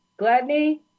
Gladney